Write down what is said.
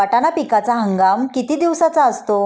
वाटाणा पिकाचा हंगाम किती दिवसांचा असतो?